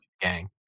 gang